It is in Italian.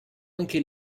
anche